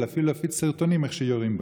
ואפילו להפיץ סרטונים של איך שיורים בהם?